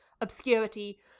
obscurity